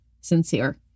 sincere